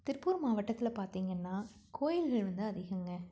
திருப்பூர் மாவட்டத்தில் பார்த்தீங்கன்னா கோயில்கள் வந்து அதிகங்க